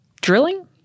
drilling